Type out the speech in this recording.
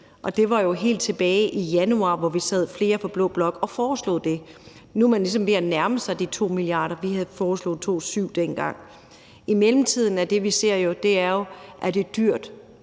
det var jo helt tilbage i januar, hvor vi sad flere fra blå blok og foreslog det. Nu er man ligesom ved at nærme sig de 2 mia. kr. – vi havde foreslået 2,7 mia. kr. dengang. I mellemtiden er det, vi ser, at det jo er